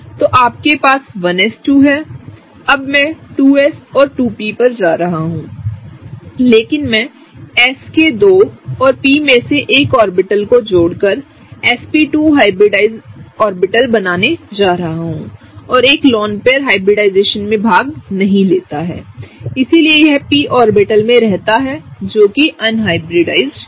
तो आपके पास 1s2 है अब मैं 2s और 2p पर जा रहा हूं लेकिन मैं s के 2 और p में से 1 ऑर्बिटल को जोड़कर sp2हाइब्रिडाइज्ड ऑर्बिटल्स बनानेजा रहा हूंऔर एक लोन पेयर हाइब्रिडाइजेशन में भाग नहीं लेता इसलिए यह p ऑर्बिटल में रहता है जो कि अनहाइब्रिडाइज्ड है